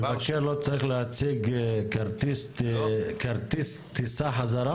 מבקר לא צריך להציג כרטיס טיסה חזרה?